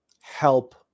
help